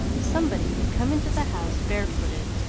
somebody had come into the house bare-footed,